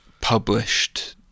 published